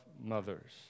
mothers